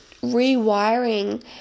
rewiring